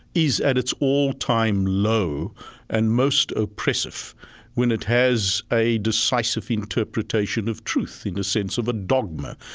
is at its all-time low and most oppressive when it has a decisive interpretation of truth, in the sense of a dogma,